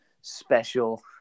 special